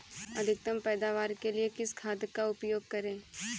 अधिकतम पैदावार के लिए किस खाद का उपयोग करें?